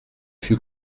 fut